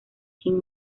kim